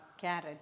carrot